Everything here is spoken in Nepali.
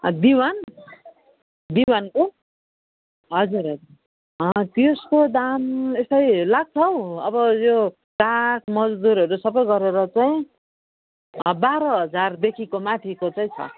दिवान दिवानको हजुर हजुर त्यसको दाम यस्तै लाग्छौँँ अब यो काठ मज्दुरहरू सबै गरेर चाहिँ बाह्र हजार देखिको माथिको चाहिँ छ